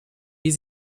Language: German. wie